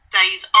days